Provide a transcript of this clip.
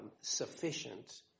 sufficient